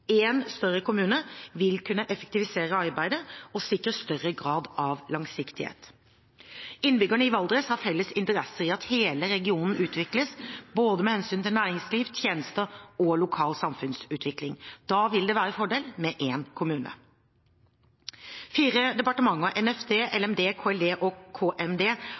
større kommune vil kunne effektivisere arbeidet og sikre større grad av langsiktighet. Innbyggerne i Valdres har felles interesse i at hele regionen utvikles, både med hensyn til næringsliv, tjenester og lokal samfunnsutvikling. Da vil det være en fordel med én kommune. Fire departementer – NFD, LMD, KLD og KMD